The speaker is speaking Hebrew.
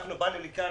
באנו לכאן